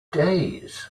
days